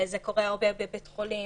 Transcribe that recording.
זה קורה הרבה בבית חולים,